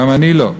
גם אני לא.